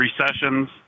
recessions